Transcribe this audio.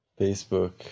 Facebook